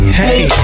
hey